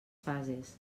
fases